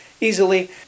easily